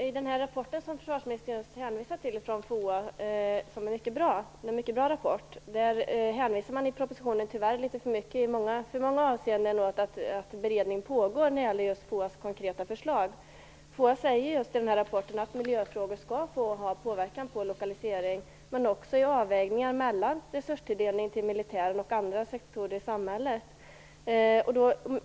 Herr talman! Rapporten från FOA som försvarsministern just hänvisade till är mycket bra. I propositionen hänvisas det tyvärr i litet för många avseenden till att beredning pågår när det gäller FOA:s konkreta förslag. FOA säger i rapporten att miljöfrågor skall få ha påverkan på lokalisering, men också på avvägningar mellan resurstilldelning till militären och andra sektorer i samhället.